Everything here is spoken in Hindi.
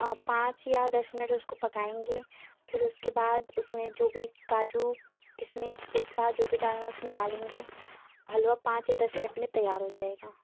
पाँच या दस मिनट उसको पकाएँगे फिर उसके बाद उसमें जो भी काजू किसमिस पिस्ता जो भी डालना हो उसमें डालेंगे हलवा पाँच से दस मिनट में तैयार हो जाएगा